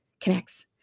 connects